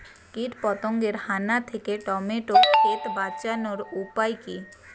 কীটপতঙ্গের হানা থেকে টমেটো ক্ষেত বাঁচানোর উপায় কি?